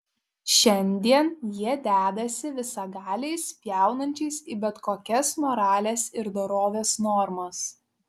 šiandien jie dedąsi visagaliais spjaunančiais į bet kokias moralės ir dorovės normas